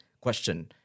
question